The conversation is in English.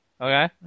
Okay